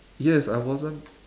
yes I wasn't